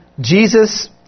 Jesus